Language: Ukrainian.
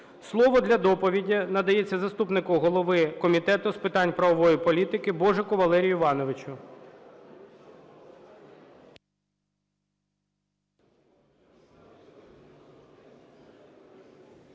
Слово для доповіді надається заступнику голови Комітету з питань правової політики Божику Валерію Івановичу.